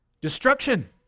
Destruction